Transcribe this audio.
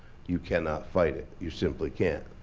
you cannot fight it, you simply can't.